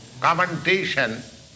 commentation